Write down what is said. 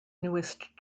newest